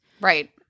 right